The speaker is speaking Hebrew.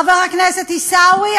חבר הכנסת עיסאווי,